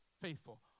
faithful